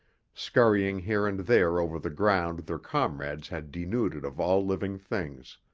scurrying here and there over the ground their comrades had denuded of all living things.